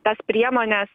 tas priemones